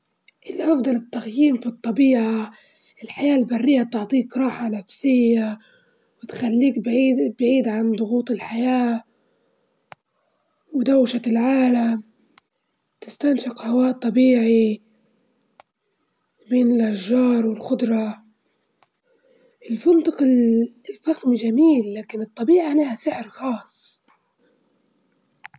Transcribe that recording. انفضل إنه نكون الأكثر ذكاء، الشهرة يمكن تروح لكن الغاية يبقى معاك ويخليك قادر على اتخاذ القرارات الصحيحة في الحياة، وطول ما انت ذكي تقدر تجيب الشهرة، تبجى شاطر في دراستك، تبجى حاجة كبيرة في البلاد وهيك شهرة بردو يعني.